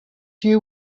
you